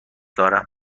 دارم